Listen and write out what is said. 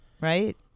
right